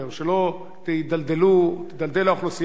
שלא תידלדל האוכלוסייה שלה,